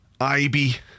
Ibe